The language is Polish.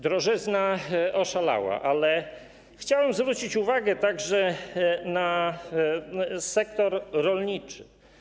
Drożyzna oszalała, ale chciałem zwrócić uwagę także na sektor rolniczy.